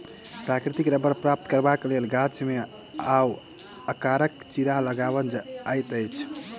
प्राकृतिक रबड़ प्राप्त करबाक लेल गाछ मे वाए आकारक चिड़ा लगाओल जाइत अछि